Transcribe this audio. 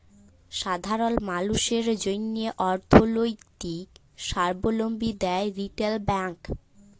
সাধারল মালুসের জ্যনহে অথ্থলৈতিক সাবলম্বী দেয় রিটেল ব্যাংক